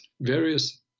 various